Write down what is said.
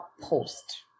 post